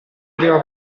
prima